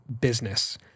business